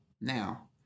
Now